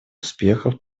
успехов